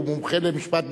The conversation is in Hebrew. והוא מומחה למשפט בין-לאומי.